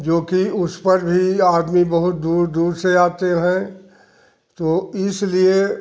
जो कि उस पर भी आदमी बहुत दूर दूर से आते हैं तो इसलिए